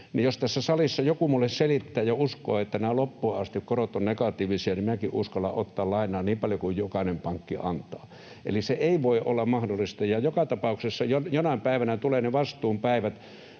jos tässä salissa joku minulle selittää ja uskoo, että korot ovat loppuun asti negatiivisia, niin minäkin uskallan ottaa lainaa niin paljon kuin jokainen pankki antaa. Eli se ei voi olla mahdollista, ja joka tapauksessa jonain päivänä tulevat ne vastuun päivät.